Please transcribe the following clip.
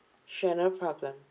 sure no problem